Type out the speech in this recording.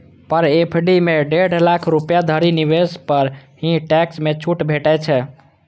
पर FD मे डेढ़ लाख रुपैया धरि निवेश पर ही टैक्स मे छूट भेटै छै